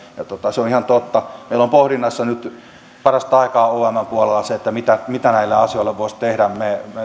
se on ihan totta meillä on pohdinnassa nyt parastaikaa omn puolella se mitä mitä näille asioille voisi tehdä